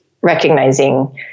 recognizing